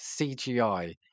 CGI